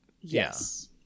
yes